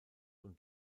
und